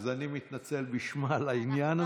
אז אני מתנצל בשמה על העניין הזה.